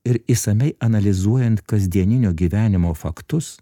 ir išsamiai analizuojant kasdieninio gyvenimo faktus